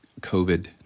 covid